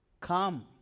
Come